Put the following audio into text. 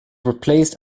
replaced